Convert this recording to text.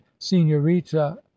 signorita